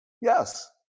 Yes